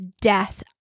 death